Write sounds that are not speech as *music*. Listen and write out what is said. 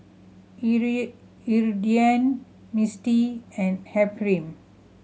*unintelligible* Iridian Mistie and Ephram